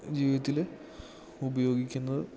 ജീവിതത്തിൽ ഉപയോഗിക്കുന്നത്